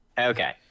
okay